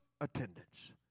attendance